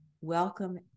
Welcome